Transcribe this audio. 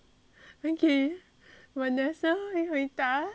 vanessa 先回答